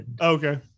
Okay